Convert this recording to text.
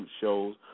shows